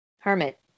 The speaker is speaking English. Hermit